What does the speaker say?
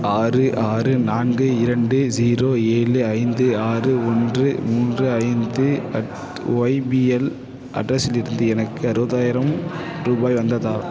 ஆறு ஆறு நான்கு இரண்டு ஸிரோ ஏழு ஐந்து ஆறு ஒன்று மூன்று ஐந்து அட் ஒய்பிஎல் அட்ரஸிலிருந்து எனக்கு அறுபதாயிரம் ரூபாய் வந்ததா